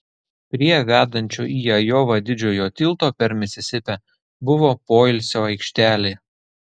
prie vedančio į ajovą didžiojo tilto per misisipę buvo poilsio aikštelė